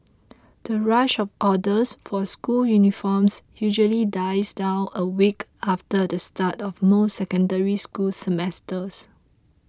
the rush of orders for school uniforms usually dies down a week after the start of most Secondary School semesters